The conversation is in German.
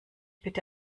bitte